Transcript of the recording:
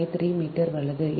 353 metre வலது